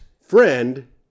friend